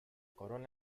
corona